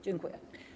Dziękuję.